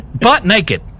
Butt-naked